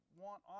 want